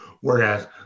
Whereas